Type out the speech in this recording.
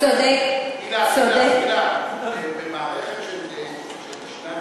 צודק, אילן, במערכת שישנה מצוקה,